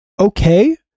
okay